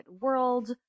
world